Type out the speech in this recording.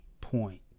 point